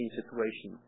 situation